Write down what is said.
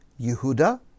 Yehuda